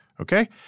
okay